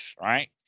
right